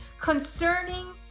Concerning